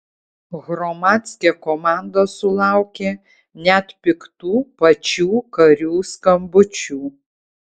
hromadske komanda sulaukė net piktų pačių karių skambučių